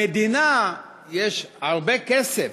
למדינה יש הרבה כסף